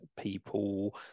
people